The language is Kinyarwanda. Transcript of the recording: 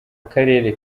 karere